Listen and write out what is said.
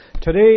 Today